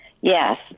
Yes